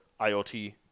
IoT